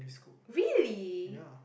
really